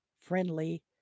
friendly